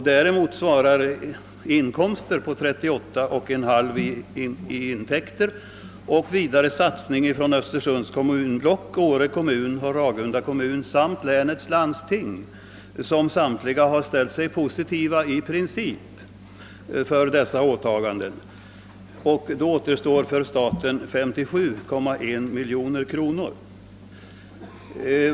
Däremot svarar inkomster på 38,5 miljoner kronor och vidare en beräknad satsning från Östersunds kommunblock, Åre kommun, Ragunda kommun samt länets landsting, som samtiliga i princip har ställt sig positiva till dessa åtaganden om 20,9 miljoner kronor. Då återstår för staten 57,1 miljoner kronor.